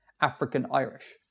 African-Irish